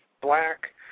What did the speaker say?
black